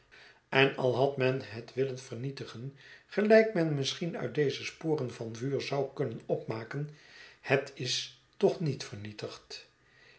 en al had men het willen vernietigen gelijk men misschien uit deze sporen van vuur zou kunnen opmaken het is toch niet vernietigd